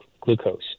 glucose